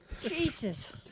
Jesus